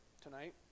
tonight